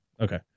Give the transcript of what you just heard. Okay